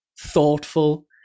thoughtful